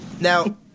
Now